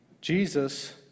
Jesus